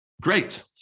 great